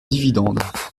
dividendes